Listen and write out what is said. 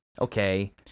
Okay